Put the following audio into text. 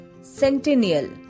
centennial